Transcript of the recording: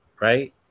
right